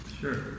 sure